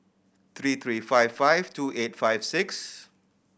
three three five five two eight five six